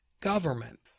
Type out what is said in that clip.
government